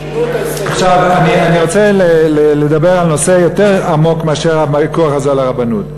אני רוצה לדבר על נושא יותר עמוק מאשר הוויכוח הזה על הרבנות.